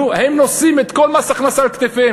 נו, הם נושאים את כל מס ההכנסה על כתפיהם.